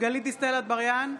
גלית דיסטל אטבריאן,